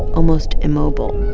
almost immobile.